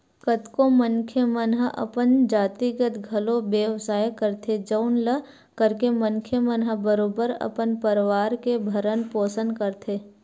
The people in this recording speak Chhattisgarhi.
कतको मनखे मन हा अपन जातिगत घलो बेवसाय करथे जउन ल करके मनखे मन ह बरोबर अपन परवार के भरन पोसन करथे